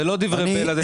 זה לא דברי בלע.